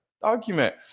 document